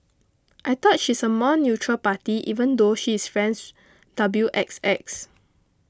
I thought she's a more neutral party even though she is friends W X X